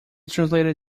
translated